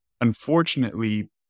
unfortunately